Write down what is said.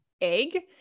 egg